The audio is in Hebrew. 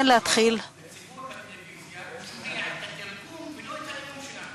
תן להתחיל.) הציבור בטלוויזיה שומע את התרגום ולא את הנאום שלנו.